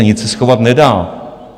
Nic se schovat nedá.